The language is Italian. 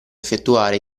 effettuare